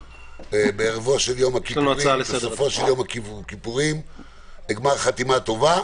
בסופו של יום הכיפורים גמר חתימה טובה.